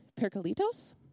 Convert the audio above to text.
percolitos